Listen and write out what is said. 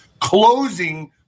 Closing